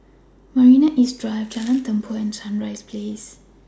Marina East Drive Jalan Tempua and Sunrise Place